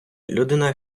людина